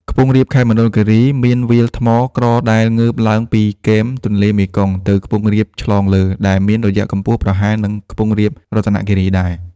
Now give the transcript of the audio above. ខ្ពង់រាបខេត្តមណ្ឌលគិរី មានវាលថ្មក្រដែលងើបឡើងពី គែមទន្លេមេគង្គទៅខ្ពង់រាបឆ្លងលើ ដែលមានរយៈកំពស់ប្រហែលនឹងខ្ពង់រាប រតនគីរីដែរ ។